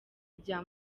rya